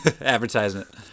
advertisement